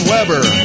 Weber